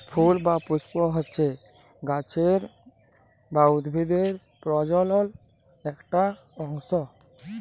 ফুল বা পুস্প হচ্যে গাছের বা উদ্ভিদের প্রজলন একটি অংশ